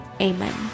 Amen